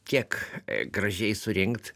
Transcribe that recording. kiek gražiai surinkt